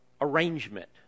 arrangement